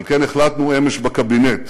על כן החלטנו אמש בקבינט,